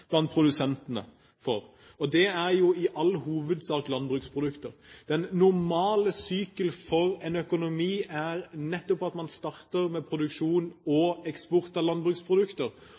blant produsentene, og det er i all hovedsak landbruksprodukter. Den normale syklusen for en økonomi er nettopp at man starter med produksjon og eksport av landbruksprodukter.